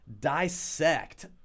dissect